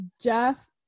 Jeff